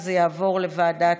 וזה יעבור לוועדה.